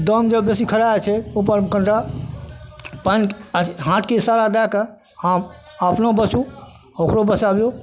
दम जब बेसी खराइ छै उपरमे कनिटा पानि अँ हाथके इशारा दैके हँ अपनो बचू ओकरो बचाबिऔ